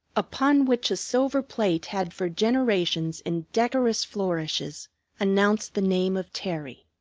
upon which a silver plate had for generations in decorous flourishes announced the name of terry.